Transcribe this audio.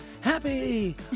Happy